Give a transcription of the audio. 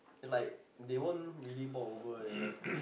like they won't really walk over and like